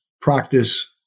practice